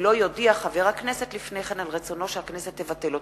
אם לא יודיע חבר הכנסת לפני כן על רצונו שהכנסת תבטל אותה.